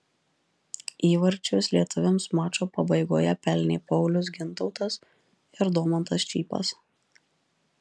įvarčius lietuviams mačo pabaigoje pelnė paulius gintautas ir domantas čypas